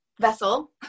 vessel